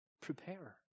prepare